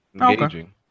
Engaging